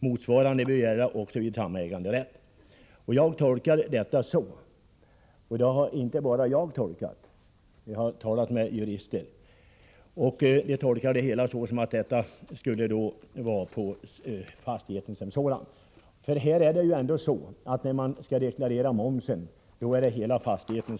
Motsvarande bör gälla också vid samäganderätt.” Jag tolkar detta — och det gör inte bara jag, utan jag kan också stödja mig på uttalanden från jurister — som att det skall gälla fastigheten som sådan. När man skall deklarera momsen handlar det ju om hela fastigheten.